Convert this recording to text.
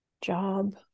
job